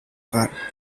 car